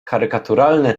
karykaturalne